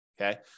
okay